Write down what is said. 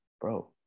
bro